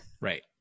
Right